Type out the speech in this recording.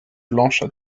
blanches